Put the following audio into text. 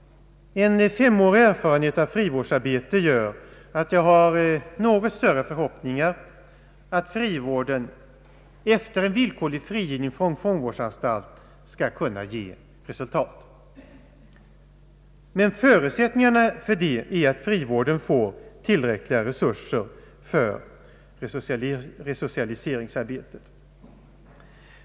En femårig erfarenhet av frivårdsarbete gör att jag har något större förhoppningar att frivården efter en villkorlig frigivning från fångvårdsanstalt skall kunna ge resultat. Förutsättning är dock att frivården får tillräckliga resurser för resocialiseringsarbetet.